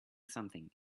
something